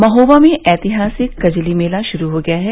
महोबा में ऐतिहासिक कजली मेला शुरू हो गया है